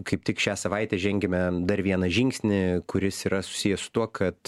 kaip tik šią savaitę žengiame dar vieną žingsnį kuris yra susijęs su tuo kad